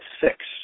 six